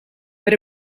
per